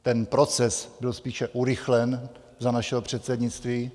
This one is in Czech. Ten proces byl spíše urychlen za našeho předsednictví.